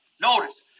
Notice